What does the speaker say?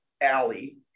alley